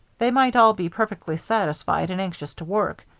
they might all be perfectly satisfied and anxious to work,